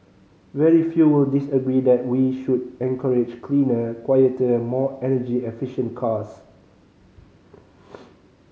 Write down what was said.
very few will disagree that we should encourage cleaner quieter more energy efficient cars